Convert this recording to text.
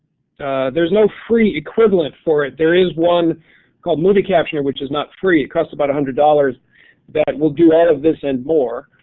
ah there is no free equivalent for it, there is one called movie captioner which is not free costs about a hundred dollars that will do all of this and more.